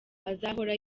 azahora